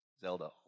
zelda